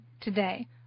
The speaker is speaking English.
today